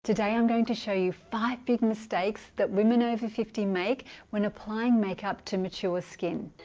today i'm going to show you five big mistakes that women over fifty make when applying makeup to mature skin